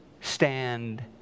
stand